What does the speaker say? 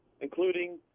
including